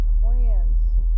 plans